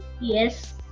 yes